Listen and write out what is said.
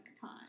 time